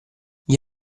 gli